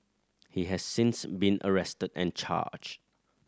he has since been arrested and charged